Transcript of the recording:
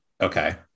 Okay